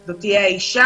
זו תהיה האישה,